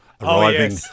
arriving